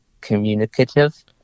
communicative